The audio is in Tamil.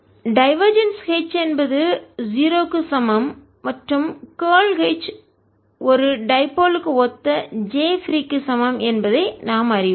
B0B0J டைவர்ஜென்ஸ் H என்பது 0 க்கு சமம் மற்றும் கார்ல் H ஒரு டைபோல் க்கு ஒத்த J பிரீ க்கு சமம் என்பதை நாம் அறிவோம்